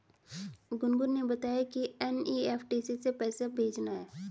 गुनगुन ने बताया कि एन.ई.एफ़.टी से पैसा भेजना आसान है